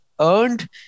earned